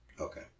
Okay